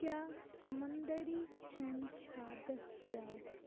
کیٛاہ سَمنٛدٔری کھوٚن چھا دٔستیاب